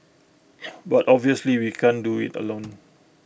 but obviously we can't do IT alone